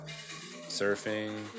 surfing